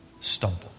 stumble